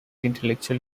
intellectual